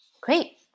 Great